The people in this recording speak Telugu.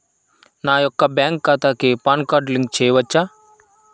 నా యొక్క బ్యాంక్ ఖాతాకి పాన్ కార్డ్ లింక్ చేయవచ్చా?